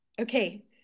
Okay